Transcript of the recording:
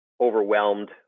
overwhelmed